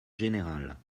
générale